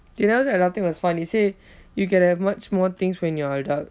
he never say adulting was fun he say you can have much more things when you're adult